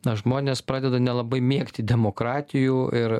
na žmonės pradeda nelabai mėgti demokratijų ir